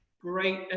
great